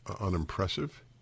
unimpressive